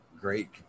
Great